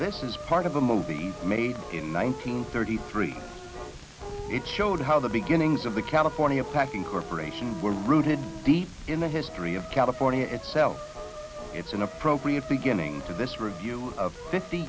this is part of a movie made in nineteen thirty three it showed how the beginnings of the california packing corporation were rooted deep in the history of california itself it's an appropriate beginning to this review of fifty